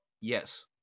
Yes